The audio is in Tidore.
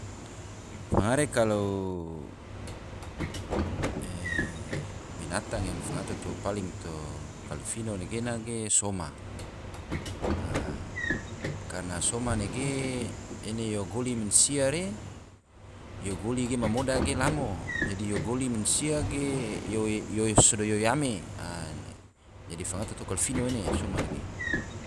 Fangare kalo binatang e binatang yang fangato paling to kalfino gena ge soma, karna soma nege ene yo goli mansia re yo goli ge ma moda ge lamo dadi yo goli mansia ge sodo yo yame, dadi fangato kalfino ene soma ge